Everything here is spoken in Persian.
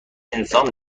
انسان